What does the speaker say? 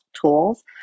tools